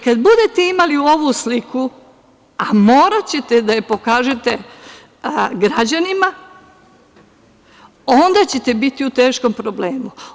Kada budete imali ovu sliku, a moraćete da je pokažete građanima, onda ćete biti u teškom problemu.